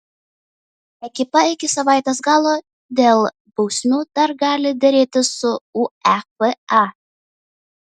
ekipa iki savaitės galo dėl bausmių dar gali derėtis su uefa